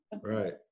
Right